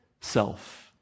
Self